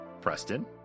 Preston